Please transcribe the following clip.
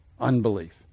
Unbelief